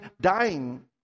dying